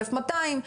1,200,